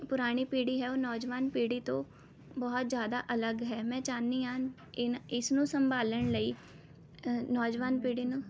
ਪੁਰਾਣੀ ਪੀੜ੍ਹੀ ਹੈ ਉਹ ਨੌਜਵਾਨ ਪੀੜ੍ਹੀ ਤੋਂ ਬਹੁਤ ਜ਼ਿਆਦਾ ਅਲੱਗ ਹੈ ਮੈਂ ਚਾਹੁੰਦੀ ਹਾਂ ਇਹਨਾਂ ਇਸ ਨੂੰ ਸੰਭਾਲਣ ਲਈ ਨੌਜਵਾਨ ਪੀੜ੍ਹੀ ਨੂੰ